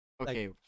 Okay